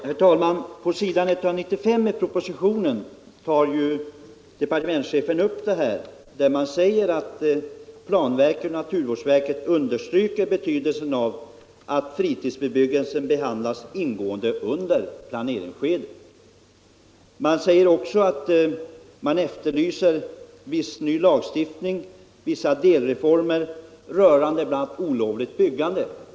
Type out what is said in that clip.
Herr talman! På s. 195 i propositionen tar departementschefen upp den här frågan — och säger bl.a.: ”Planverket och naturvårdsverket understryker betydelsen av att fritidsbebyggelsen behandlas ingående under planeringsskedet.” Vidare påpekas att ”planverket efterlyser vissa delreformer i byggnadslagstiftningen, rörande bl.a. olovligt byggande”.